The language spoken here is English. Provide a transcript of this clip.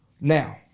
Now